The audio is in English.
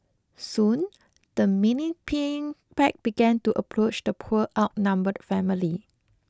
soon the menacing pack began to approach the poor outnumbered family